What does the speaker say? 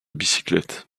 bicyclettes